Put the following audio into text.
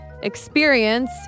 experience